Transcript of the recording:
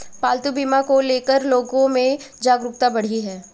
पालतू बीमा को ले कर लोगो में जागरूकता बढ़ी है